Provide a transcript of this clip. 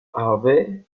harvey